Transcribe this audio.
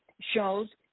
shows